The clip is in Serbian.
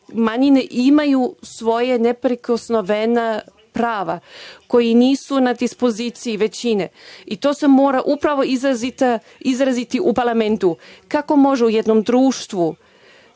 imaju svoje neprikosnoveno pravo, koje nisu na dispoziciji većine i to se mora izraziti u parlamentu – kako može u jednom društvu